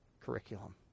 curriculum